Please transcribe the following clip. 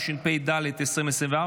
התשפ"ד 2024,